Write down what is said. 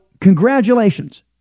congratulations